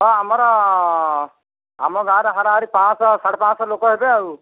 ହଁ ଆମର ଆମ ଗାଁରେ ହାରାହାରି ପାଞ୍ଚଶହ ସାଢ଼େ ପାଞ୍ଚଶହ ଲୋକ ହେବେ ଆଉ